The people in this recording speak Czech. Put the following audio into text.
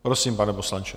Prosím, pane poslanče.